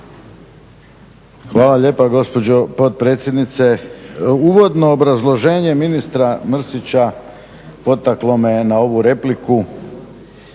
Hvala lijepa gospođo potpredsjednice. Uvodno obrazloženje ministra Mrsića potaklo me je na ovu repliku